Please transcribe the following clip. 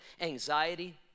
anxiety